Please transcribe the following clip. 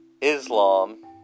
Islam